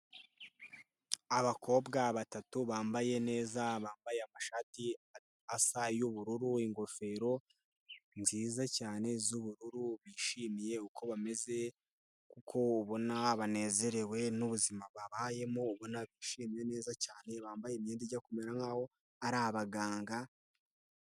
Abakobwa batatu bambaye neza, bambaye amashati asa y'ubururu, ingofero nziza cyane z'ubururu bishimiye uko bameze kuko ubona banezerewe n'ubuzima babayemo, ubona bishimye neza cyane bambaye imyenda ijya kumera nk'aho ari abaganga.